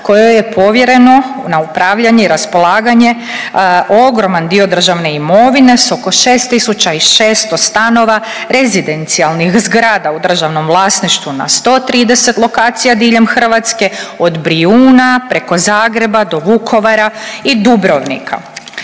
kojoj je povjereno na upravljanje i raspolaganje ogroman dio državne imovine s oko 6.600 stanova, rezidencijalnih zgrada u državnom vlasništvu na 130 lokacija diljem Hrvatske od Brijuna preko Zagreba do Vukovara i Dubrovnika.